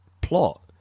plot